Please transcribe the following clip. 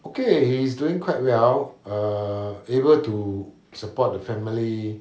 okay he's doing quite well ah able to support the family